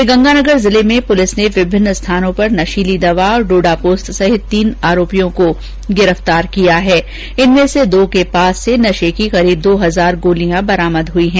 श्रीगंगानगर जिले में पुलिस ने विभिन्न स्थानों पर नशीली दवा और डोडा पोस्त सहित तीन आरोपियों को गिरफ़तार किया है इनमें से दो के पास से नशे की करीब दो हजार गोलियां बरामद हुई हैं